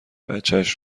بچش